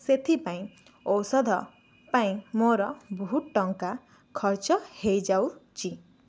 ସେଥିପାଇଁ ଔଷଧ ପାଇଁ ମୋର ବହୁତ ଟଙ୍କା ଖର୍ଚ୍ଚ ହୋଇଯାଉଛି